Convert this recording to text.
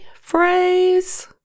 phrase